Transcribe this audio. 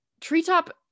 Treetop